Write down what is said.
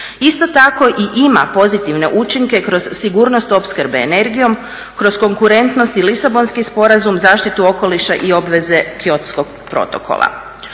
Isto tako i ima pozitivne učinke kroz sigurnost opskrbe energijom, kroz konkurentnost i Lisabonski sporazum, zaštitu okoliša i obveze Kyotskog protokola.